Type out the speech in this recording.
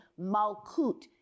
Malkut